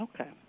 Okay